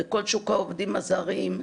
בכל שוק העובדים הזרים,